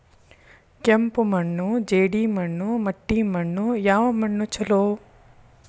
ಕೆಂಪು ಮಣ್ಣು, ಜೇಡಿ ಮಣ್ಣು, ಮಟ್ಟಿ ಮಣ್ಣ ಯಾವ ಮಣ್ಣ ಛಲೋ?